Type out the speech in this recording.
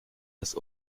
das